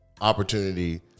opportunity